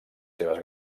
seves